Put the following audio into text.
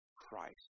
Christ